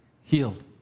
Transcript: healed